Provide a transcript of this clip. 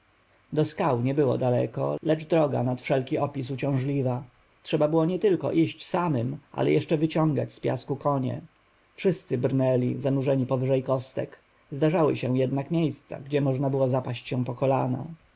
do skał nie było daleko lecz droga nad wszelki opis uciążliwa trzeba było nietylko iść samym ale jeszcze wyciągać z piasku konie wszyscy brnęli zanurzeni powyżej kostek zdarzały się jednak miejsca gdzie można było zapaść się po kolana